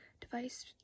device